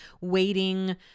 waiting